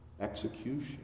execution